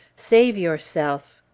save yourself.